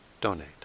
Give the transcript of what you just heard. donate